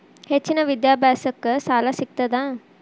ಹೆಚ್ಚಿನ ವಿದ್ಯಾಭ್ಯಾಸಕ್ಕ ಸಾಲಾ ಸಿಗ್ತದಾ?